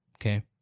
Okay